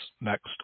next